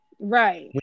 right